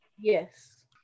Yes